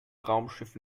raumschiff